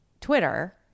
Twitter